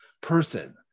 person